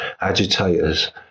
agitators